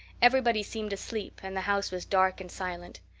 everybody seemed asleep and the house was dark and silent.